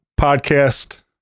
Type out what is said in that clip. Podcast